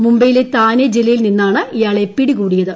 മുംബൈയിലെ താനെ ജില്ലയിൽ നിന്നാണ് ഇയാളെ പിടികൂടിയത്